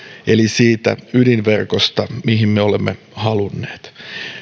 eli siitä ydinverkosta mihin me olemme halunneet